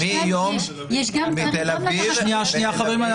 מיד ניתן לראש אבות בתי הדין כמובן להתייחס.